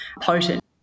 potent